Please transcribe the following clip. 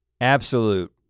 absolute